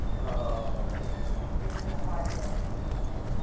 oh. yeah, it was a hard day, the first day